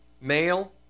male